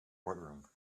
courtroom